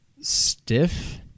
stiff